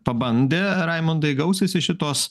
pabandė raimundai gausis iš šitos